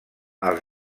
els